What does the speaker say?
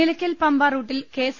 നിലയ്ക്കൽ പമ്പ റൂട്ടിൽ കെഎസ്